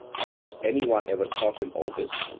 has any one ever taught him all this?